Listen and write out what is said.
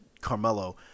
Carmelo